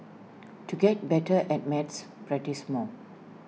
to get better at maths practise more